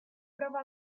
prova